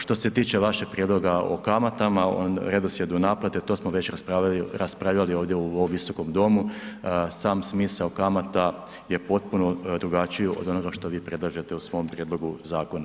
Što se tiče vašeg prijedloga o kamatama, o redoslijedu naplate, to smo već raspravljali ovdje u ovom Viskom domu, sam smisao kamata je potpuno drugačiji od onoga što vi predlažete u svom prijedlogu zakona.